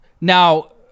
now